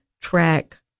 track